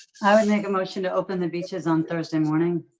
like a motion to open the beaches on thursday morning.